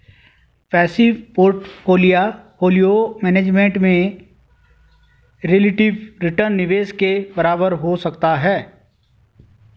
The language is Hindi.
पैसिव पोर्टफोलियो मैनेजमेंट में रिलेटिव रिटर्न निवेश के बराबर हो सकता है